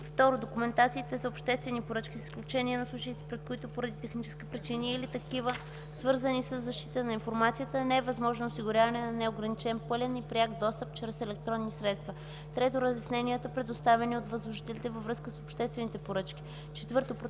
2. документациите за обществени поръчки, с изключение на случаите, при които поради технически причини или такива, свързани със защита на информацията не е възможно осигуряване на неограничен, пълен и пряк достъп чрез електронни средства; 3. разясненията, предоставени от възложителите във връзка с обществените поръчки; 4. протоколите